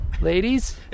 Ladies